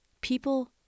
people